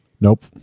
Nope